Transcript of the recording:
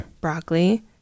Broccoli